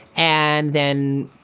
and then,